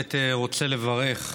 אני בהחלט רוצה לברך,